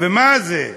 ומה זה?